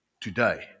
today